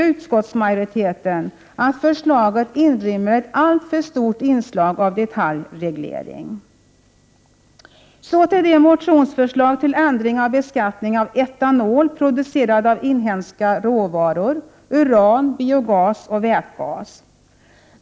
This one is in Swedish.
Utskottsmajoriteten anser att förslaget inrymmer ett alltför stort inslag av detaljreglering. Så till motionsförslagen om ändring av beskattningen av etanol producerad av inhemska råvaror, uran, biobas och vätgas.